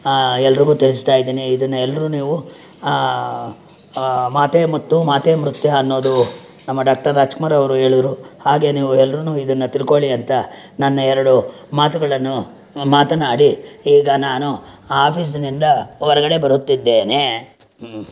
ಎಲ್ರಿಗೂ ತಿಳಿಸ್ತಾಯಿದ್ದೀನಿ ಇದನ್ನು ಎಲ್ಲರೂ ನೀವು ಮಾತೇ ಮುತ್ತು ಮಾತೇ ಮೃತ್ಯು ಅನ್ನೋದು ನಮ್ಮ ಡಾಕ್ಟರ್ ರಾಜ್ ಕುಮಾರ್ರವರು ಹೇಳಿದ್ರು ಹಾಗೆ ನೀವು ಎಲ್ಲರೂ ಇದನ್ನು ತಿಳ್ಕೊಳ್ಳಿ ಅಂತ ನನ್ನ ಎರಡು ಮಾತುಗಳನ್ನು ಮಾತನಾಡಿ ಈಗ ನಾನು ಆಫೀಸಿನಿಂದ ಹೊರಗಡೆ ಬರುತ್ತಿದ್ದೇನೆ